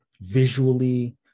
Visually